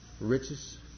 riches